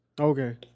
Okay